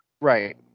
Right